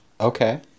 okay